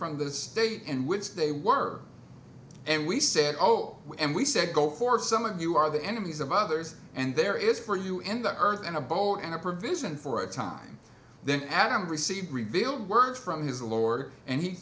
from the state in which they were and we said oh and we said go for some of you are the enemies of others and there is for you in the earth and a bowl and a provision for a time then adam received revealed word from his lord and he